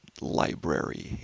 library